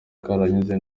karahanyuze